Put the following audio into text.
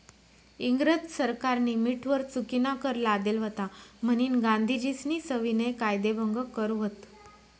इंग्रज सरकारनी मीठवर चुकीनाकर लादेल व्हता म्हनीन गांधीजीस्नी सविनय कायदेभंग कर व्हत